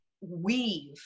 weave